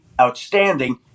outstanding